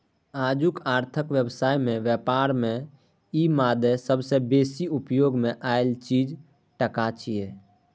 आजुक अर्थक व्यवस्था में ब्यापार में ई मादे सबसे बेसी उपयोग मे आएल चीज टका छिये